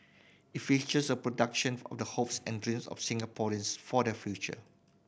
it features a production of the hopes and dreams of Singaporeans for their future